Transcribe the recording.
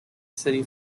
city